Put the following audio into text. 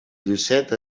llucet